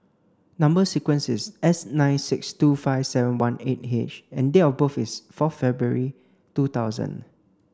number sequence is S nine six two five seven one eight H and date of birth is four February two thousand